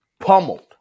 pummeled